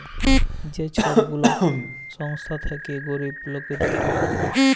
যে ছব গুলা সংস্থা থ্যাইকে গরিব লকদের টাকা দেয়